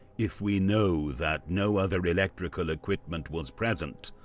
if we know that no other electrical equipment was present,